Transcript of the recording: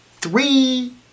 three